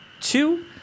two